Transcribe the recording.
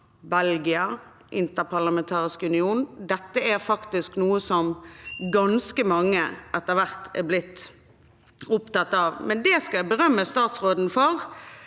Belgia og i Den interparlamentariske union. Dette er noe som ganske mange etter hvert har blitt opptatt av. Men jeg skal berømme statsråden for